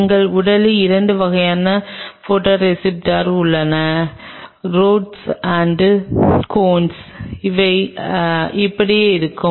எங்கள் உடலில் 2 வகையான போடோரிஸ்ப்ட்டோர் உள்ளன ரோட்ஸ் மற்றும் கோன்ஸ் அவை இப்படி இருக்கும்